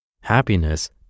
Happiness